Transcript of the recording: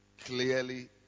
Clearly